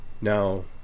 Now